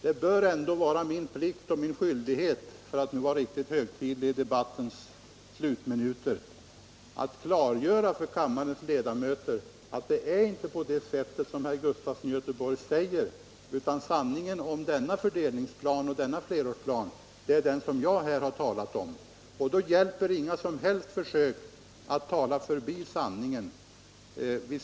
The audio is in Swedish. Då bör det vara min plikt och skyldighet — om jag nu får vara riktigt högtidlig i debattens slutminuter — att klargöra för kammarens ledamöter att det inte är på det sätt som herr Gustafson säger, utan att sanningen om flerårsplanen är den som jag nu redogjort för. Man skall inte försöka komma förbi denna sanning.